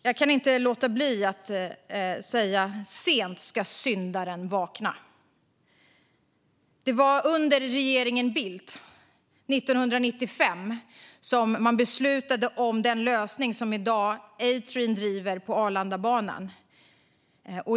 Jag kan inte låta bli att säga: Sent ska syndaren vakna. Det var under regeringen Bildt, 1995, som man beslutade om den lösning som gör att A-Train i dag driver Arlandabanan.